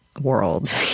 world